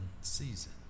season